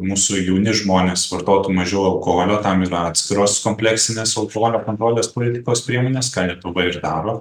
mūsų jauni žmonės vartotų mažiau alkoholio tam yra atskiros kompleksinės alkoholio kontrolės politikos priemonės ką lietuva ir daro